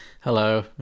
Hello